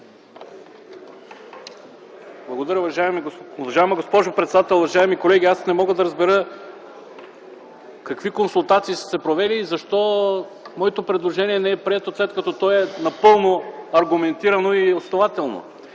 Благодаря, уважаема госпожо председател. Уважаеми колеги, аз не мога да разбера какви консултации са се провели и защо моето предложение не е прието, след като то е напълно аргументирано и основателно.